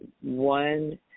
one